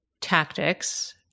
tactics